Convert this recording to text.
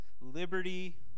liberty